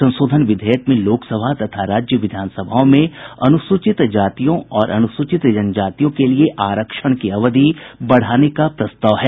संशोधन विधेयक में लोकसभा तथा राज्य विधानसभाओं में अनुसूचित जातियों और अनुसूचित जनजातियों के लिए आरक्षण की अवधि बढ़ाने का प्रस्ताव है